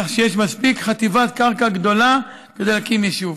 כך שיש מספיק חטיבת קרקע גדולה כדי להקים יישוב.